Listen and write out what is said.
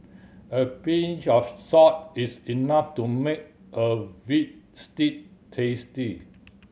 a pinch of salt is enough to make a veal stew tasty